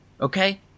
okay